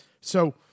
So-